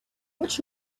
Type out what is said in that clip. watch